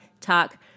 Talk